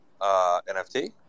nft